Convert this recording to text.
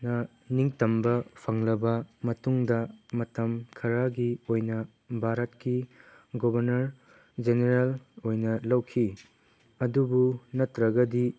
ꯅ ꯅꯤꯡ ꯇꯝꯕ ꯐꯪꯂꯕ ꯃꯇꯨꯡꯗ ꯃꯇꯝ ꯈꯔꯒꯤ ꯑꯣꯏꯅ ꯚꯥꯔꯠꯀꯤ ꯒꯣꯕꯅꯔ ꯖꯦꯅꯔꯦꯜ ꯑꯣꯏꯅ ꯂꯧꯈꯤ ꯑꯗꯨꯕꯨ ꯅꯠꯇ꯭ꯔꯒꯗꯤ